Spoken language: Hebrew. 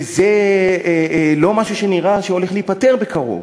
וזה לא משהו שנראה שהולך להיפתר בקרוב.